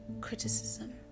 criticism